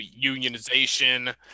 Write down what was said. unionization